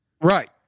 Right